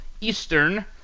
Eastern